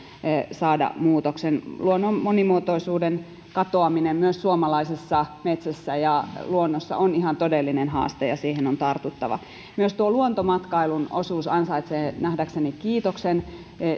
saada muutoksen luonnon monimuotoisuuden katoaminen myös suomalaisessa metsässä ja luonnossa on ihan todellinen haaste ja siihen on tartuttava myös luontomatkailun osuus ansaitsee nähdäkseni kiitoksen